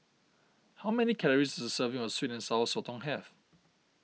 how many calories does a serving of Sweet and Sour Sotong have